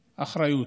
אחריות.